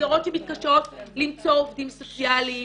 מסגרות שמתקשות למצוא עובדים סוציאליים,